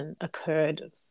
occurred